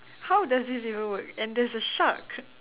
how does this even work and there's a shark